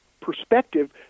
perspective